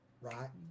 right